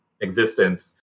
existence